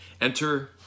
Enter